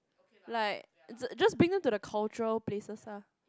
like j~ just bring them to the cultural places ah